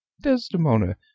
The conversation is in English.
desdemona